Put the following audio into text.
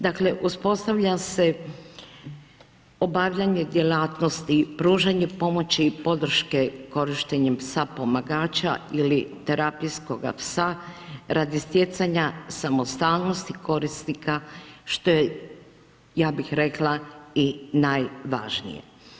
Dakle, uspostavlja se obavljanje djelatnosti, pružanje pomoći i podrške korištenjem psa pomagača ili terapijskoga psa radi stjecanja samostalnosti korisnika što je, ja bih rekla i najvažnije.